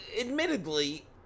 admittedly